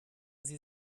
sie